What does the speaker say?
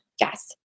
Yes